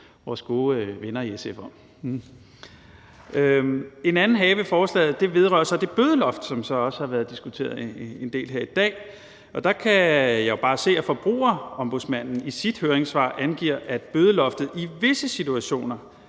vores gode venner i SF om. En anden hage ved forslaget vedrører så det bødeloft, som også har været diskuteret en del her i dag. Der kan jeg jo bare se, at Forbrugerombudsmanden i sit høringssvar angiver, at bødeloftet i visse situationer